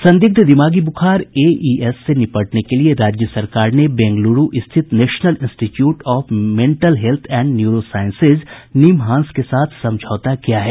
संदिग्ध दिमागी बुखार एईएस से निपटने के लिए राज्य सरकार ने बेंगलुरू स्थित national institute of mental health and neurosciences NIMHANS के साथ समझौता किया है